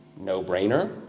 No-brainer